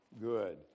good